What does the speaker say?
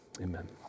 Amen